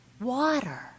Water